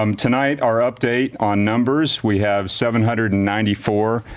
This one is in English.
um tonight our update on numbers, we have seven hundred and ninety four,